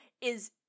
is-